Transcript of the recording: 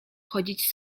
chodzić